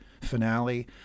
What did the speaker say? finale